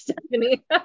Stephanie